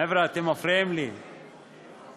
חבר'ה, אתם מפריעים לי, דוד,